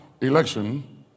election